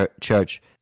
church